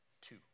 two